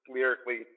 lyrically